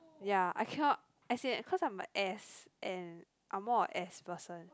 ya I cannot as in cause I'm a S and I'm more a S person